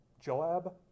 Joab